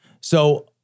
So-